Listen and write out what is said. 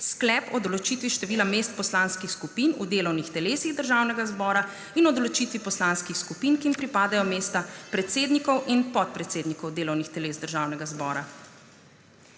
sklep o določitvi števila mest poslanskih skupin v delovnih telesih Državnega zbora in o določitvi poslanskih skupin, ki jim pripadajo mesta predsednikov in podpredsednikov delovnih teles Državnega zbora.